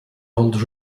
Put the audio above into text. holds